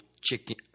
chicken